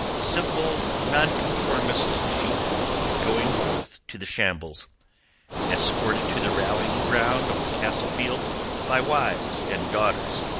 simple, nonconformist sheep going forth to the shambles escorted to the rallying ground on castle field by wives and daughters,